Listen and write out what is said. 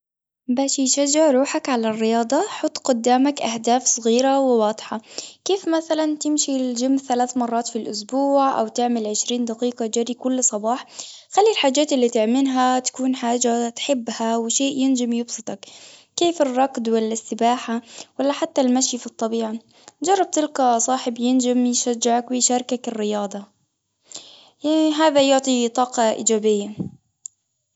باش تشجع روحك على الرياضة حط قدامك أهداف صغيرة وواضحة، كيف مثلًا تمشي للجيم ثلاث مرات في الأسبوع أو تعمل عشرين دقيقة جري كل صباح، خلي الحاجات اللي تعملها تكون حاجة تحبها وشيء ينجم يبسطك كيف الرقد والا السباحة والا حتى المشي وفي الطبيعة جرب تلقى صاحب ينجم يشجعك ويشاركك الرياضة هذا يعطي طاقة إيجابية.